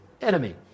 enemy